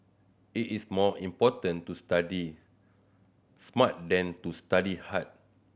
it is more important to study smart than to study hard